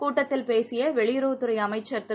கூட்டத்தில் பேசியவெளியுறவுத் துறைஅமைச்சர் திரு